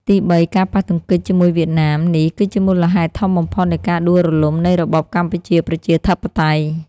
ទីបី ការប៉ះទង្គិចជាមួយវៀតណាម នេះគឺជាមូលហេតុធំបំផុតនៃការដួលរលំនៃរបបកម្ពុជាប្រជាធិបតេយ្យ។